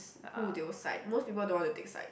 s~ who they will side most people don't want to take side